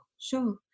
sure